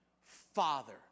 Father